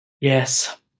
Yes